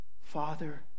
father